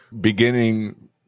beginning